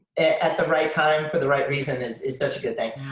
at the right time for the right reason, is is such a good thing.